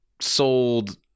sold